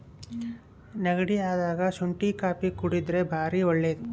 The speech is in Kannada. ನೆಗಡಿ ಅದಾಗ ಶುಂಟಿ ಕಾಪಿ ಕುಡರ್ದೆ ಬಾರಿ ಒಳ್ಳೆದು